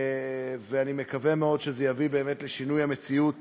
ואני מקווה מאוד שזה יביא באמת לשינוי המציאות